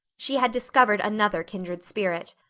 she had discovered another kindred spirit.